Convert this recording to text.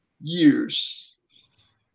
years